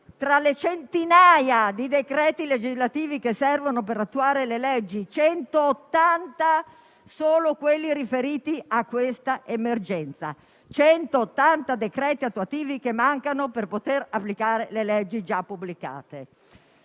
le centinaia di decreti legislativi che servono per dare attuazione alle leggi - 180 sono solo quelli riferiti a questa emergenza, 180 decreti attuativi che mancano per poter applicare le leggi già pubblicate